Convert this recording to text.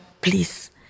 please